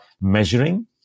measuring